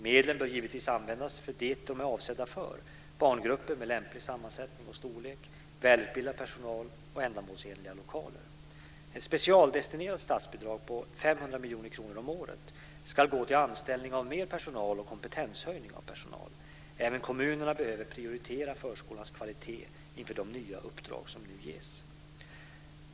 Medlen bör givetvis användas för det som de är avsedda för - barngrupper med lämplig sammansättning och storlek, välutbildad personal och ändamålsenliga lokaler. Ett specialdestinerat statsbidrag på 500 miljoner kronor om året ska gå till anställning av mer personal och till kompetenshöjning av personal. Även kommunerna behöver prioritera förskolans kvalitet inför de nya uppdrag som nu ges.